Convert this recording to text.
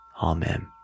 amen